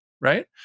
right